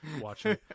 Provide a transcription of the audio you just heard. Watching